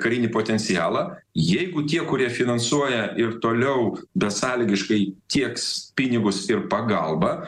karinį potencialą jeigu tie kurie finansuoja ir toliau besąlygiškai tieks pinigus ir pagalbą